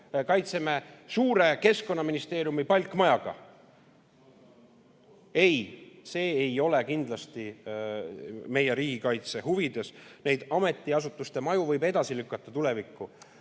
eest Keskkonnaministeeriumi suure palkmajaga. Ei, see ei ole kindlasti meie riigikaitse huvides. Neid ametiasutuste maju võib edasi lükata tulevikku.